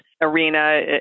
arena